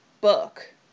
book